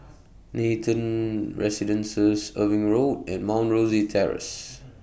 Nathan Residences Irving Road and Mount Rosie Terrace